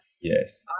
yes